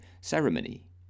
ceremony